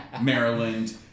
Maryland